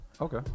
okay